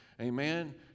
amen